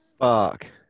fuck